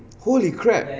holy crap